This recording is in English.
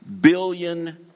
billion